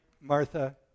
Martha